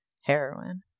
heroin